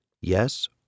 Yes